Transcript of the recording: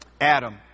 Adam